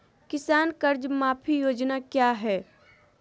किसान कर्ज माफी योजना क्या है?